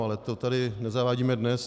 Ale to tady nezavádíme dnes.